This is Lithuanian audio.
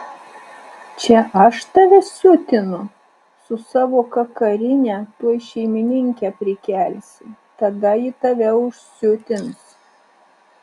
čia aš tave siutinu su savo kakarine tuoj šeimininkę prikelsi tada ji tave užsiutins